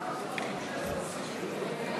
חבר הכנסת דוד